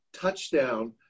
touchdown